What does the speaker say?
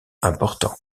important